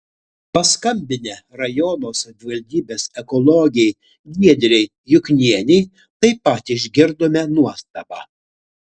paskambinę rajono savivaldybės ekologei giedrei juknienei taip pat išgirdome nuostabą